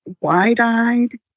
wide-eyed